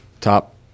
top